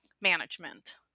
management